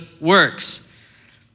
works